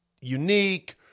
unique